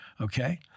Okay